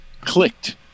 clicked